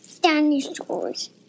Dinosaurs